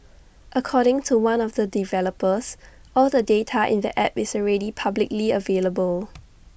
according to one of the developers all the data in the app is already publicly available